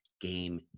game